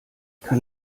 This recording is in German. kann